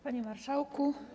Panie Marszałku!